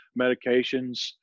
medications